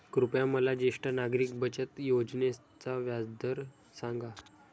कृपया मला ज्येष्ठ नागरिक बचत योजनेचा व्याजदर सांगा